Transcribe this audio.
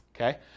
okay